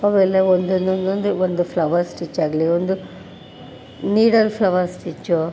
ಅವೆಲ್ಲ ಒಂದೊಂದೊಂದೊಂದು ಒಂದು ಫ್ಲವರ್ ಸ್ಟಿಚ್ ಆಗಲಿ ಒಂದು ನೀಡಲ್ ಫ್ಲವರ್ ಸ್ಟಿಚ್ಚು